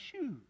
shoes